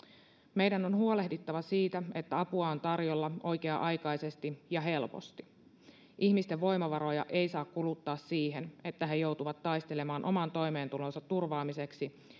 meidän on huolehdittava siitä että apua on tarjolla oikea aikaisesti ja helposti ihmisten voimavaroja ei saa kuluttaa siihen että he joutuvat taistelemaan oman toimeentulonsa turvaamiseksi